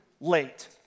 late